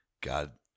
God